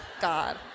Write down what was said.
God